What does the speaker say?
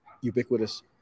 ubiquitous